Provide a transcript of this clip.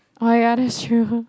oh ya that's true